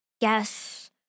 Yes